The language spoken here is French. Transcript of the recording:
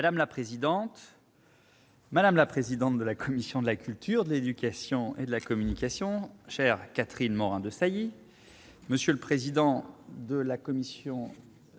Madame la présidente, madame la présidente de la commission de la culture, de l'éducation et de la communication, chère Catherine Morin-Desailly, monsieur le président de la commission